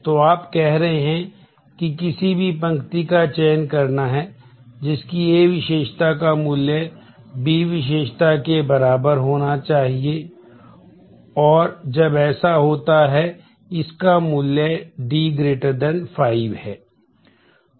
तो आप कह रहे हैं कि किसी भी पंक्ति का चयन करना है जिसकी A विशेषता का मूल्य B विशेषता के बराबर होना चाहिए है और जब ऐसा होता है इसका मूल्य D 5 है